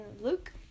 Luke